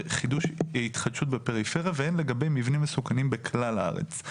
התחדשות בפריפריה והן לגבי מבנים מסוכנים בכלל הארץ.